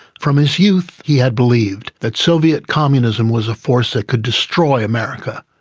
from his youth he had believed that soviet communism was a force that could destroy america.